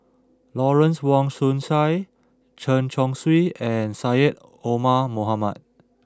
Lawrence Wong Shyun Tsai Chen Chong Swee and Syed Omar Mohamed